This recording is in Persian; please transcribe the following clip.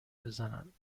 بزنند